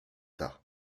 tas